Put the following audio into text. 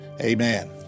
amen